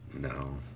No